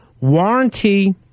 warranty